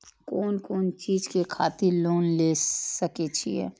कोन कोन चीज के खातिर लोन ले सके छिए?